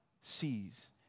sees